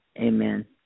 Amen